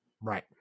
right